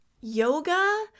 yoga